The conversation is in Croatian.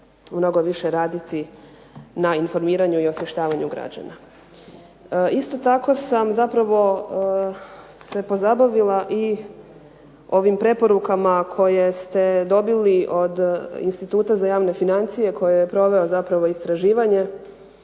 Isto tako sam se pozabavila i ovim preporukama koje ste dobili od Instituta za javne financije koje je proveo istraživanje